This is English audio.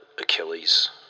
Achilles